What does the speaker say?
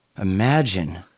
Imagine